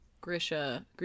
Grisha